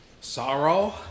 sorrow